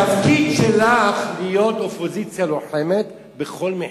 התפקיד שלך להיות אופוזיציה לוחמת בכל מחיר,